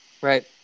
Right